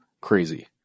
crazy